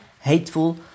hateful